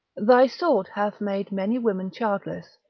thy sword hath made many women childless,